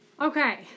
Okay